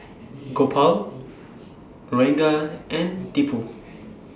Gopal Ranga and Tipu